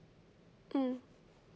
mm